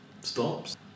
stops